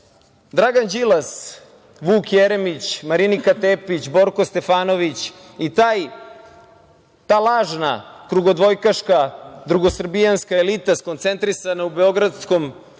Đilas, Vuk Jeremić, Marinika Tepić, Borko Stefanović i ta lažna krugodvojkaška, drugosrbijanska elita skoncentrisana u beogradskom